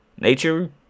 Nature